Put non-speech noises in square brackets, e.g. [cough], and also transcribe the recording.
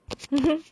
[laughs]